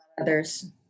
Others